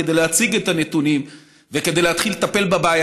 כדי להציג את הנתונים וכדי להתחיל לטפל בבעיה,